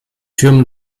türmen